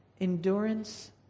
endurance